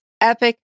epic